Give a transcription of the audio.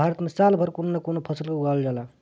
भारत में साल भर कवनो न कवनो फसल के उगावल जाला